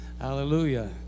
Hallelujah